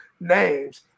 names